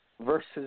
versus